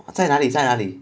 在哪里在哪里